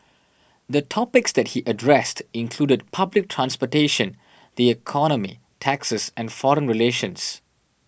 the topics that he addressed included public transportation the economy taxes and foreign relations